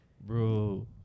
Bro